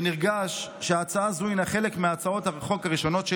ונרגש שהצעה זו הינה חלק מהצעות החוק הראשונות שלי.